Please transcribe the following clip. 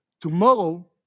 Tomorrow